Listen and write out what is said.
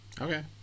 Okay